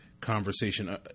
conversation